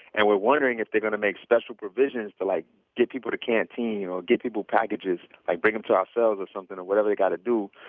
and we're wondering if they're going to make special provisions to like get people to canteen or get people packages. i bring it um to our cells or something or whatever they gotta do.